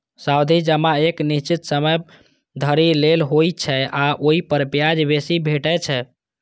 सावधि जमा एक निश्चित समय धरि लेल होइ छै आ ओइ पर ब्याज बेसी भेटै छै